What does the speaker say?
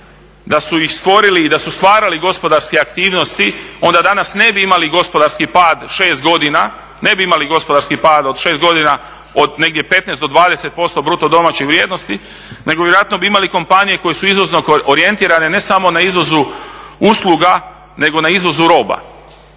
da su ih stvorili i da su stvarali gospodarske aktivnosti onda danas ne bi imali gospodarski pad od 6 godina, od negdje 15 do 20% bruto domaće vrijednosti nego vjerojatno bi imali kompanije koje su izvozno orijentirane, ne samo na izvozu usluga nego na izvozu roba.